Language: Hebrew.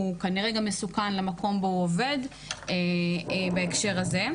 הוא כנראה גם מסוכן למקום בו הוא עובד בהקשר הזה.